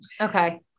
Okay